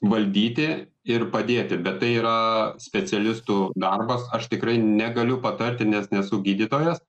valdyti ir padėti bet tai yra specialistų darbas aš tikrai negaliu patarti nes nesu gydytojas